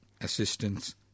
assistance